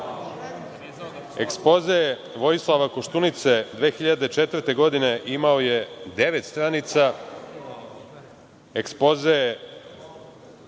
ekspoze Vojislava Koštunice 2004. godine imao je devet stranica, ekspoze